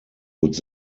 would